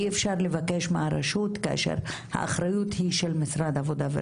אי אפשר לבקש מהרשות כאשר המשרד לשירותים